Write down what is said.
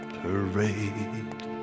parade